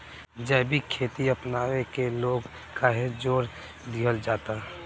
जैविक खेती अपनावे के लोग काहे जोड़ दिहल जाता?